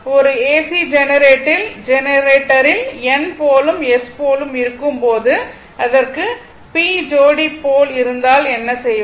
ஒரு ஏசி ஜெனரேட்டரில் N போலும் S போலும் இருக்கும்போது அதற்கு p ஜோடி போல் இருந்தால் என்ன செய்வது